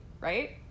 Right